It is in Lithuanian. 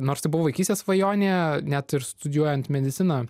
nors buvo vaikystės svajonė net ir studijuojant mediciną